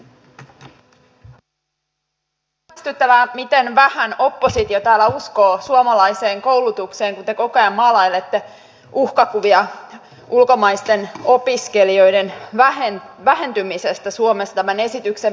on hämmästyttävää miten vähän oppositio täällä uskoo suomalaiseen koulutukseen kun te koko ajan maalailette uhkakuvia ulkomaisten opiskelijoiden vähentymisestä suomessa tämän esityksen myötä